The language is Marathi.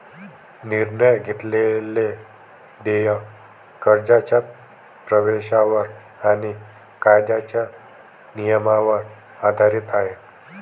निर्णय घेतलेले देय कर्जाच्या प्रवेशावर आणि कायद्याच्या नियमांवर आधारित आहे